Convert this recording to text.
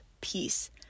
peace